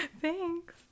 thanks